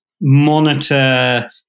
monitor